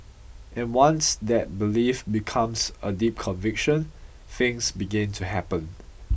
and once that belief becomes a deep conviction things begin to happen